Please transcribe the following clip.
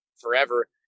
forever